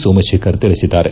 ಸೋಮಶೇಖರ್ ತಿಳಿಸಿದ್ದಾರೆ